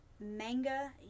Manga